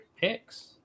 picks